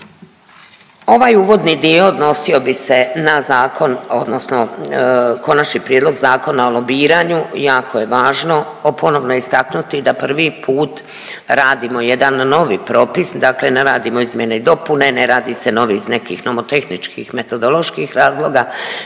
Ovaj uvodni dio odnosio bi se na zakon odnosno Konačni prijedlog Zakona o lobiranju. Jako je važno ponovno istaknuti da prvi put radimo jedan novi propis, dakle ne radimo izmjene i dopune, ne radi se novi iz nekih nomotehničkih metodoloških razloga